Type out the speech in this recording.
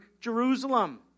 Jerusalem